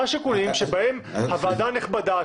מה השיקולים שבהם הוועדה הנכבדה,